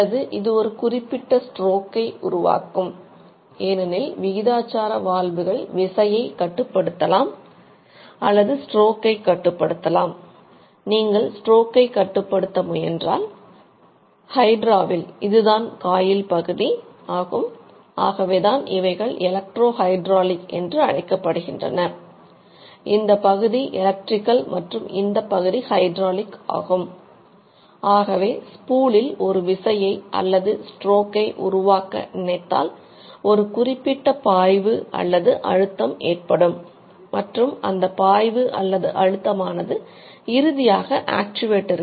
அல்லது இது ஒரு குறிப்பிட்ட ஸ்ட்ரோக்கை செலுத்தப்படுகிறது